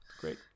great